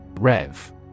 Rev